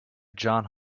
johns